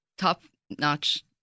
Top-notch